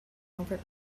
over